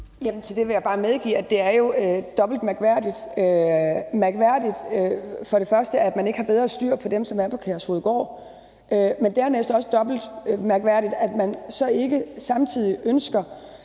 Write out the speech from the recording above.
Til det vil jeg bare sige, at det jo er dobbelt mærkværdigt. Det er mærkværdigt, at man ikke har bedre styr på dem, som er på Kærshovedgård, men dernæst er det også mærkværdigt, at man så samtidig ikke